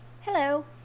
hello